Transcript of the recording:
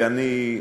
ואני,